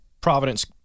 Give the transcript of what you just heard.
Providence